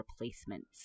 replacements